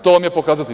To vam je pokazatelj.